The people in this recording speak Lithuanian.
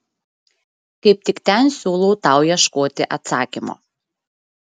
kaip tik ten siūlau tau ieškoti atsakymo